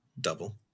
double